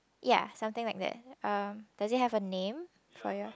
ya something like that um does it have a name for your